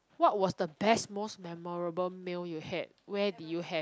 what was the best most memorable meal you had where did you have